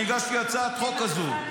אני הגשתי הצעת חוק כזאת.